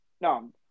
No